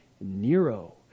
Nero